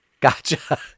Gotcha